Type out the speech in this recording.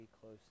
close